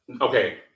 Okay